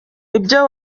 ibyo